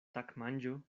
tagmanĝo